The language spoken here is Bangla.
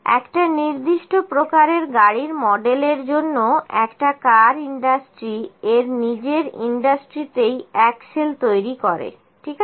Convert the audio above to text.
একটা নির্দিষ্ট প্রকারের গাড়ির মডেল এর জন্য একটা কার ইন্ডাস্ট্রি এর নিজের ইন্ডাস্ট্রিতেই অ্যাক্সল তৈরি করে ঠিক আছে